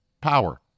Power